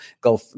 go